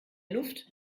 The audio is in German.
luft